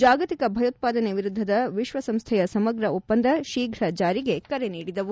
ಜಾಗತಿಕ ಭಯೋತ್ವಾದನೆ ವಿರುದ್ದದ ವಿಶ್ವಸಂಸ್ಥೆಯ ಸಮಗ್ರ ಒಪ್ಪಂದ ಶೀಘ್ರ ಜಾರಿಗೆ ಕರೆ ನೀಡಿದವು